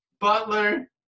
Butler